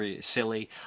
silly